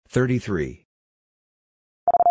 Thirty-three